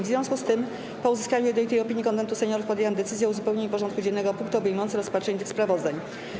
W związku z tym, po uzyskaniu jednolitej opinii Konwentu Seniorów, podjęłam decyzję o uzupełnieniu porządku dziennego o punkty obejmujące rozpatrzenie tych sprawozdań.